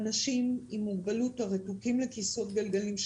האנשים עם מוגבלות הרתוקים לכיסאות גלגלים,